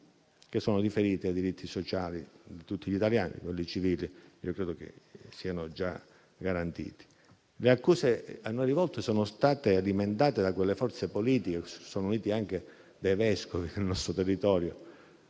che sono riferiti ai diritti sociali di tutti gli italiani, e quelli civili credo siano già garantiti. Le accuse a noi rivolte sono state alimentate da quelle forze politiche, cui si sono uniti anche dei vescovi del nostro territorio,